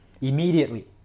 immediately